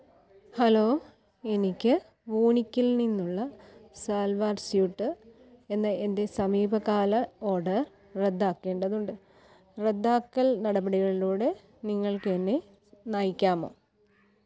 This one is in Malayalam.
ഹലോ എനിക്ക് വൂനിക്കിൽ നിന്നുള്ള സാൽവാർ സ്യൂട്ട് എന്ന എന്റെ സമീപകാല ഓഡർ റദ്ദാക്കേണ്ടതുണ്ട് റദ്ദാക്കൽ നടപടികളിലൂടെ നിങ്ങൾക്കെന്നെ നയിക്കാമോ